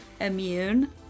immune